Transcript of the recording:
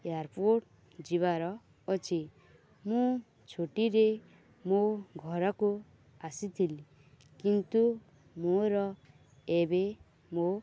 airport ଯିବାର ଅଛି ମୁଁ ଛୁଟିରେ ମୋ ଘରକୁ ଆସିଥିଲି କିନ୍ତୁ ମୋର ଏବେ ମୋ